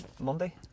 Monday